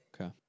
okay